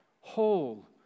whole